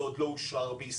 זה עוד לא אושר בישראל,